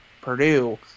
Purdue